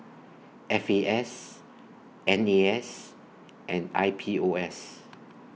F A S N A S and I P O S